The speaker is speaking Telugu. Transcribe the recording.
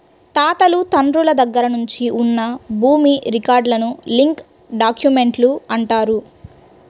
తాతలు తండ్రుల దగ్గర నుంచి ఉన్న భూమి రికార్డులను లింక్ డాక్యుమెంట్లు అంటారు